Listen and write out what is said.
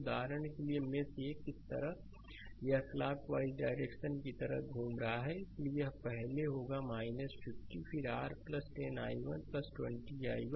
उदाहरण के लिए मेष 1 इस तरह यह क्लॉकवॉइस डायरेक्शन की तरह घूम रहा है इसलिए यह पहले होगा 50 फिर r 10 i1 20 i1